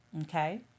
Okay